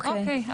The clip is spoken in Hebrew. אוקיי,